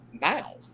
now